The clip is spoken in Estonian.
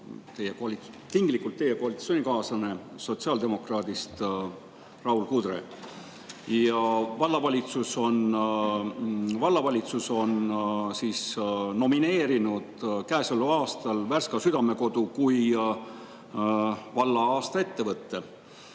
tinglikult teie koalitsioonikaaslane, sotsiaaldemokraat Raul Kudre ja vallavalitsus on nomineerinud käesoleval aastal Värska Südamekodu valla aasta ettevõtte